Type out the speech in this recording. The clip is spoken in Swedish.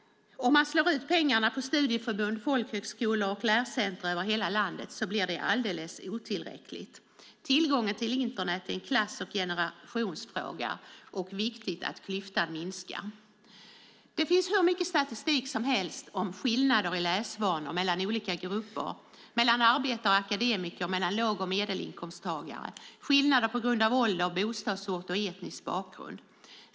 Om man slår ut pengarna på studieförbund, folkhögskolor och läscenter över hela landet blir det alldeles otillräckligt. Tillgången till Internet är en klass och generationsfråga, och det är viktigt att klyftan minskar. Det finns hur mycket statistik som helst om skillnader i läsvanor mellan olika grupper, mellan arbetare och akademiker samt mellan låg och medelinkomsttagare. Det är skillnader på grund av ålder, bostadsort och etnisk bakgrund.